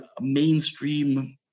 mainstream